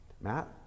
Matt